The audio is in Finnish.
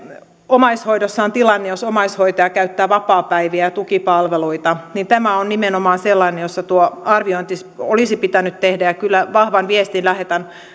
omaishoidossa on tilanne jossa omaishoitaja käyttää vapaapäiviä ja tukipalveluita niin tämä esitys on nimenomaan sellainen jossa tuo arviointi olisi pitänyt tehdä ja kyllä vahvan viestin lähetän